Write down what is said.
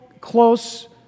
close